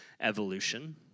evolution